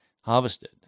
harvested